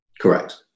Correct